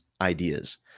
ideas